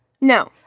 No